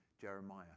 Jeremiah